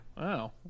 Wow